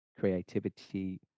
creativity